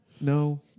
No